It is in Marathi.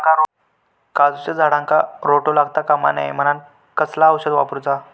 काजूच्या झाडांका रोटो लागता कमा नये म्हनान कसला औषध वापरूचा?